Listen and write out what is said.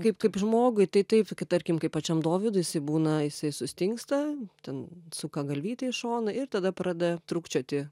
kaip kaip žmogui tai taip ka tarkim kaip pačiam dovydui jisai būna jisai sustingsta ten suka galvytę į šoną ir tada prada trūkčioti